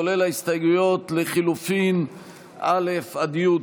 כולל ההסתייגויות לחלופין א' עד י',